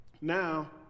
Now